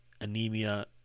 anemia